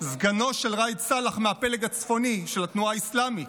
סגנו של ראאד סלאח מהפלג הצפוני של התנועה האסלאמית.